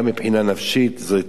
גם מבחינה נפשית זאת תמיכה,